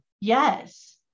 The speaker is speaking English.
Yes